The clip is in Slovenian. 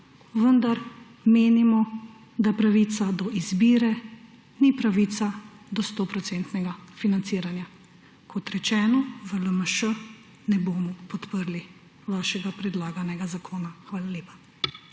vendar menimo, da pravica do izbire ni pravica do 100 % financiranja. Kot rečeno, v LMŠ ne bomo podprli vašega predlaganega zakona. Hvala lepa.